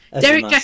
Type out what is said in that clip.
Derek